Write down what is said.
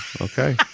Okay